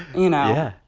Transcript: you know.